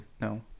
No